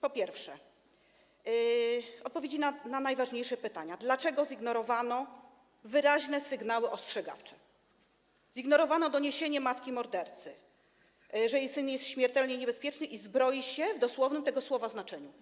Po pierwsze, oczekujemy odpowiedzi na najważniejsze pytania: Dlaczego zignorowano wyraźne sygnały ostrzegawcze, zignorowano doniesienie matki mordercy, że jej syn jest śmiertelnie niebezpieczny i zbroi się w dosłownym tego słowa znaczeniu,